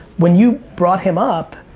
when you brought him up,